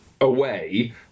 Away